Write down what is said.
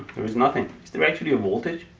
there is nothing. is there actually a voltage?